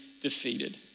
defeated